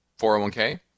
401k